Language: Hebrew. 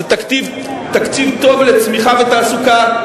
זה תקציב טוב לצמיחה ולתעסוקה,